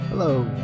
Hello